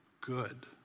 good